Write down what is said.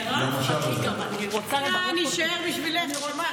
מירב, חכי, אני רוצה לברך אותך.